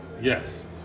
Yes